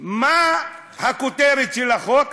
מה הכותרת של החוק?